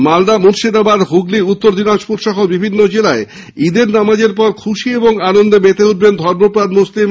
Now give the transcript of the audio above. মালদা মুর্শিদাবাদ হুগলী উত্তর দিনাজপুর সহ বিভিন্ন জেলায় ঈদের নমাজের পর খুশী ও আনন্দে মেতে উঠবেন ধর্মপ্রাণ মুসলিম